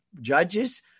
judges